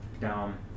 down